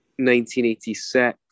1986